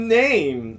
name